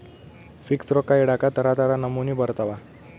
fix ರೊಕ್ಕ ಇಡಾಕ ತರ ತರ ನಮೂನಿ ಬರತವ